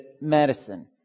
medicine